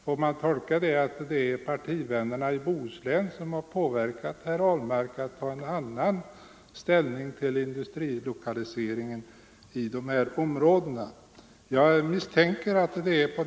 Kan det tolkas så att partivännerna i Bohuslän har påverkat herr Ahlmark till en annan inställning till industrilokalisering i dessa områden? Jag misstänker att det är så.